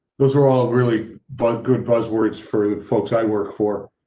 those were all really but good buzzwords for the folks i work for.